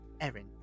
Erin